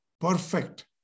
perfect